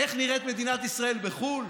איך נראית מדינת ישראל בחו"ל?